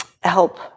help